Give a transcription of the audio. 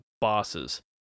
bosses